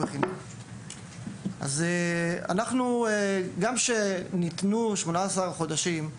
גם כשניתנו 18 החודשים,